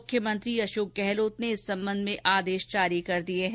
मुख्यमंत्री अशोक गहलोत ने इस संबंध में आदेश जारी कर दिए हैं